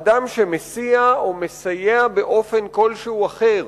אדם שמסיע או מסייע באופן אחר